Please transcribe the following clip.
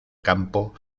campo